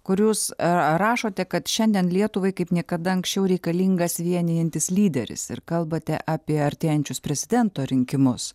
kur jūs r rašote kad šiandien lietuvai kaip niekada anksčiau reikalingas vienijantis lyderis ir kalbate apie artėjančius prezidento rinkimus